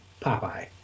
Popeye